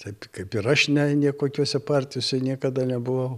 taip kaip ir aš ne niekokiose partijose niekada nebuvau